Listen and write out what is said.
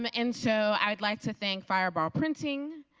um and so i would like to thank fire ball printing,